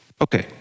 Okay